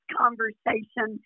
conversation